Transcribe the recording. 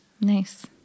Nice